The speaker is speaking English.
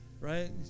Right